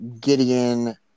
Gideon